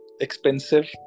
expensive